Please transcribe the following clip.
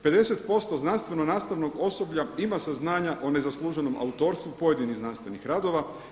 50% znanstveno-nastavnog osoblja ima saznanja o nezasluženom autorstvu pojedinih znanstvenih radova.